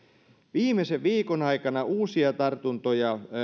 viimeisen viikon aikana uusia tartuntoja